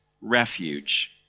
refuge